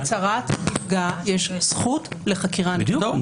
בהצהרת נפגע יש זכות לחקירה נגדית.